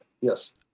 Yes